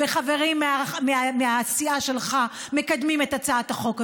וחברים מהסיעה שלך מקדמים את הצעת החוק הזאת,